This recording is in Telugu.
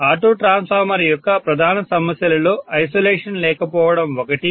కాబట్టి ఆటో ట్రాన్స్ఫార్మర్ యొక్క ప్రధాన సమస్యలలో ఐసోలేషన్ లేకపోవడం ఒకటి